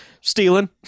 Stealing